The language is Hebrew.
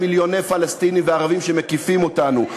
מיליוני פלסטינים וערבים שמקיפים אותנו.